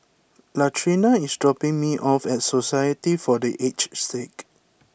Latrina is dropping me off at Society for the Aged Sick